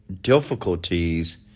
difficulties